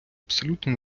абсолютно